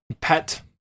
pet